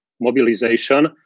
mobilization